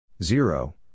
Zero